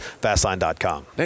Fastline.com